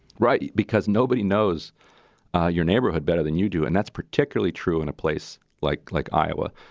right, because nobody knows your neighborhood better than you do. and that's particularly true in a place like like iowa.